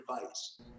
advice